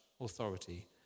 authority